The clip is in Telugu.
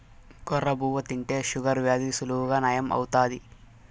కొర్ర బువ్వ తింటే షుగర్ వ్యాధి సులువుగా నయం అవుతాది